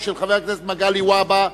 של חבר הכנסת מגלי והבה,